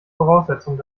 voraussetzung